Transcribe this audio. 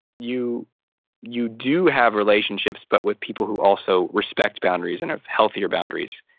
you you do have relationships but with people who also respect boundaries and have healthier boundaries.